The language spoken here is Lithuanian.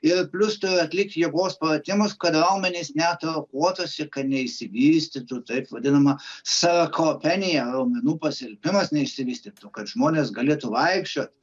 ir plius turi atlikt jėgos pratimus kad raumenys neatrofuotųsi kad neišsivystytų taip vadinama sarkopenija raumenų pasilpimas neišsivystytų kad žmonės galėtų vaikščiot